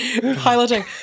Piloting